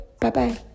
Bye-bye